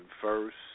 first